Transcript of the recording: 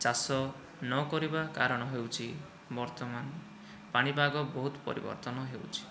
ଚାଷ ନକରିବା କାରଣ ହେଉଛି ବର୍ତ୍ତମାନ ପାଣିପାଗ ବହୁତ ପରିବର୍ତ୍ତନ ହେଉଛି